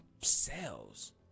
cells